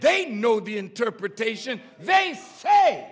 they know the interpretation they say